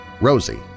Rosie